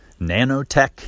nanotech